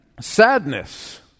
sadness